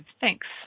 Thanks